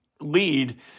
lead